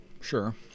sure